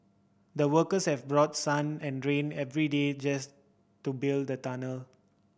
the workers have brought sun and rain every day just to build the tunnel